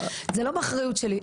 זה לא באחריות שלי'.